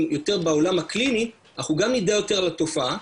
יותר בעולם הקליני אנחנו גם נדע יותר על התופעה,